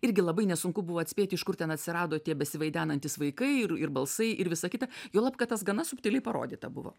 irgi labai nesunku buvo atspėti iš kur ten atsirado tie besivaidenantys vaikai ir ir balsai ir visa kita juolab kad tas gana subtiliai parodyta buvo